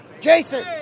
Jason